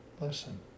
Listen